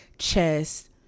chest